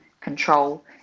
control